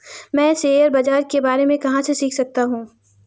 मैं शेयर बाज़ार के बारे में कहाँ से सीख सकता हूँ?